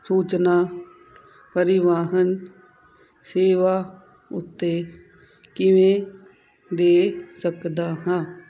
ਸੂਚਨਾ ਪਰਿਵਾਹਨ ਸੇਵਾ ਉੱਤੇ ਕਿਵੇਂ ਦੇ ਸਕਦਾ ਹਾਂ